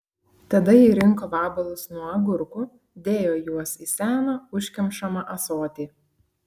tada ji rinko vabalus nuo agurkų dėjo juos į seną užkemšamą ąsotį